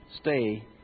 stay